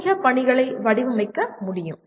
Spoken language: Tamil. இத்தகைய பணிகளை வடிவமைக்க முடியும்